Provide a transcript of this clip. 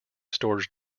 storage